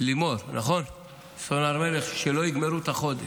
לימור סון הר מלך, שלא יגמרו את החודש.